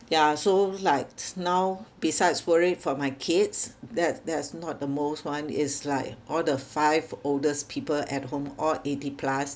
ya so like now besides worried for my kids that that's not the most one it's like all the five oldest people at home all eighty plus